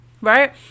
right